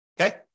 okay